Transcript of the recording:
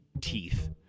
teeth